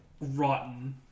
rotten